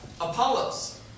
Apollos